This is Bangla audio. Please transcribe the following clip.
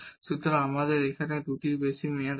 সুতরাং আমাদের এখানে 2 টির বেশি টার্ম আছে